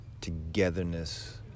togetherness